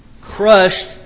crushed